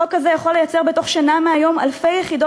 חוק כזה יכול לייצר בתוך שנה מהיום אלפי יחידות